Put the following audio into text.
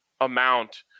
amount